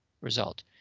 result